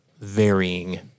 varying